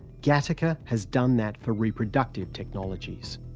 gattaca has done that for reproductive technologies.